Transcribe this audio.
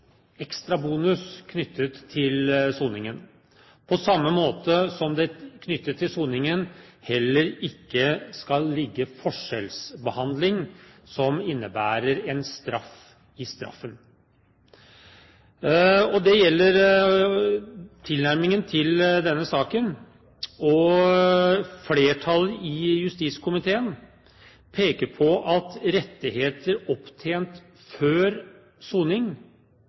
ekstra bonus knyttet til soningen, på samme måte som det knyttet til soningen heller ikke skal ligge forskjellsbehandling som innebærer en straff i straffen. Det er tilnærmingen til denne saken. Flertallet i justiskomiteen peker også på at rettigheter opptjent før soning